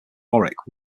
warwick